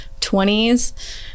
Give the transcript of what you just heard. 20s